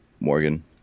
Morgan